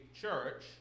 church